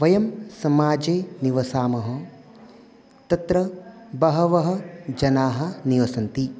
वयं समाजे निवसामः तत्र बहवः जनाः निवसन्ति